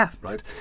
right